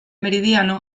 meridiano